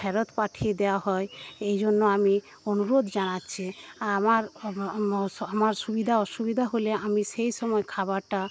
ফেরত পাঠিয়ে দেওয়া হয় এই জন্য আমি অনুরোধ জানাচ্ছি আমার আমার সুবিধা অসুবিধা হলে আমি সেই সময়ে খাবারটা